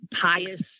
pious